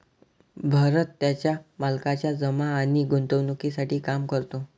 भरत त्याच्या मालकाच्या जमा आणि गुंतवणूकीसाठी काम करतो